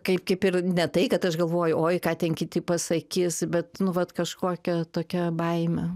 kaip kaip ir ne tai kad aš galvoju oi ką ten kiti pasakys bet nu vat kažkokia tokia baimė